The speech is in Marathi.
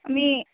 मी